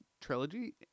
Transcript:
trilogy